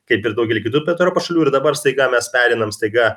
kaip ir daugely kitų pietų europos šalių ir dabar staiga mes pereinam staiga